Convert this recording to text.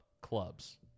clubs